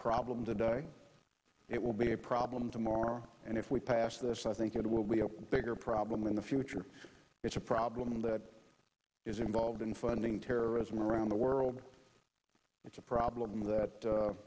problem today it will be a problem tomorrow and if we pass this i think it will be a bigger problem in the future it's a problem that is involved in funding terrorism around the world it's a problem that